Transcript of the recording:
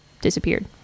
disappeared